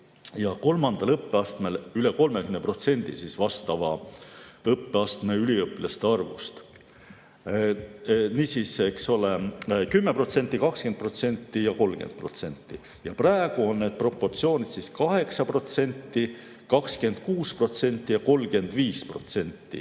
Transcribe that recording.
kolmandal õppeastmel üle 30% vastava õppeastme üliõpilaste arvust. Niisiis, eks ole, 10%, 20% ja 30%. Praegu on need proportsioonid 8%, 26% ja 35%.